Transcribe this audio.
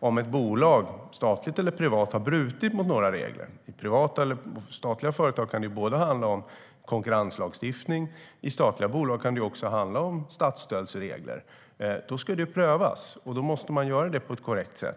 om ett bolag, statligt eller privat, har brutit mot några regler - för statliga bolag kan det handla om både konkurrenslagstiftning och statsstödsregler - ska det prövas. Det måste då göras på ett korrekt sätt.